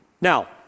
Now